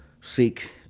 seek